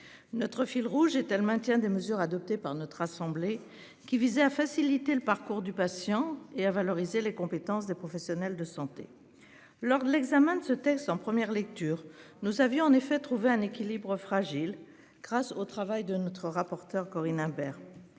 Notre fil rouge était le maintien des mesures adoptées par notre assemblée qui visait à faciliter le parcours du patient et à valoriser les compétences des professionnels de santé lors de l'examen de ce texte en première lecture nous avions en effet trouver un équilibre fragile. Grâce au travail de notre rapporteure Corinne Imbert.